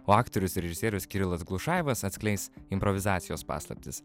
o aktorius režisierius kirilas glušajevas atskleis improvizacijos paslaptis